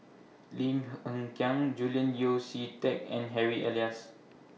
Lim Hng Kiang Julian Yeo See Teck and Harry Elias